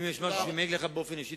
אם יש משהו שמעיק עליך באופן אישי,